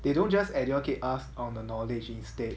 they don't just educate us on the knowledge instead